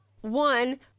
one